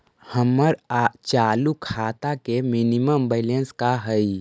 हमर चालू खाता के मिनिमम बैलेंस का हई?